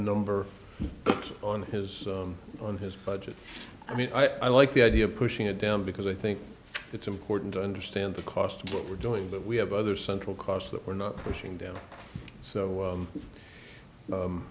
number on his on his budget i mean i like the idea of pushing it down because i think it's important to understand the cost of what we're doing but we have other central costs that we're not pushing down so